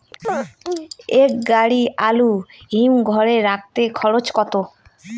এক গাড়ি আলু হিমঘরে রাখতে খরচ কত?